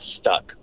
stuck